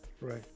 right